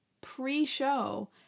pre-show